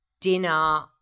dinner